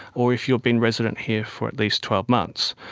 or if you have been resident here for at least twelve months.